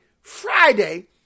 Friday